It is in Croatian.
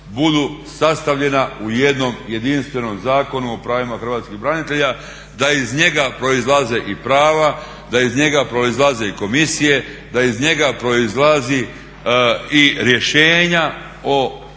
budu sastavljena u jednom jedinstvenom Zakonu o pravima Hrvatskih branitelja, da iz njega proizlaze i prava, da iz njega proizlaze i komisije, da iz njega proizlazi i rješenja o visini